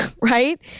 right